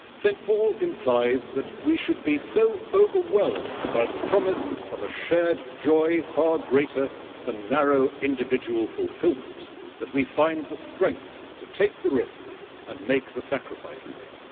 st paul implies that we should be so overwhelmed by the promise of a shared joy far greater than narrow individual fulfilment that we find the strength to take the risks and make the sacrifices.